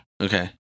Okay